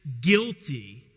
guilty